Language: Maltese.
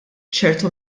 ċertu